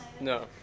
No